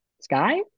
Sky